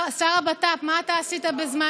השר לביטחון הפנים, מה אתה עשית בזמן